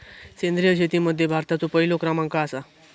सेंद्रिय शेतीमध्ये भारताचो पहिलो क्रमांक आसा